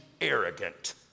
arrogant